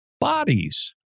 bodies